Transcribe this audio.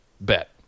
bet